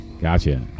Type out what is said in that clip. Gotcha